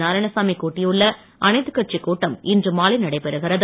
நாராயணசாமி கூட்டியுள்ள அனைத்து கட்சி கூட்டம் இன்று மாலை நடைபெற உள்ளது